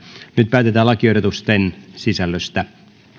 päätetään lakiehdotusten sisällöstä